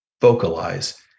vocalize